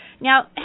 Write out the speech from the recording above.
Now